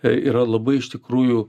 a yra labai iš tikrųjų